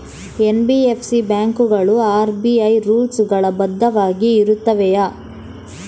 NBFC ಬ್ಯಾಂಕುಗಳು RBI rules ಗಳು ಬದ್ಧವಾಗಿ ಇರುತ್ತವೆಯ?